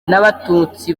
n’abatutsi